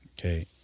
Okay